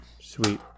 sweet